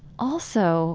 also